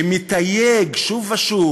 שמתייג שוב ושוב,